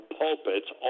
pulpits